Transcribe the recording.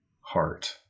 heart